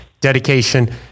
dedication